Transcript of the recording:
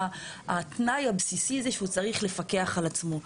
התנאי הבסיסי זה שהוא צריך לפקח על עצמו,